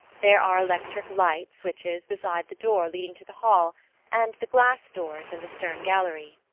there are electric light switches beside the door leading to the hall and the glass doors in the stern gallery.